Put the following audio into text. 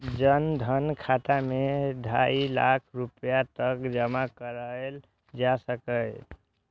जन धन खाता मे ढाइ लाख रुपैया तक जमा कराएल जा सकैए